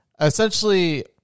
Essentially